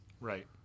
Right